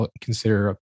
consider